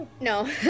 no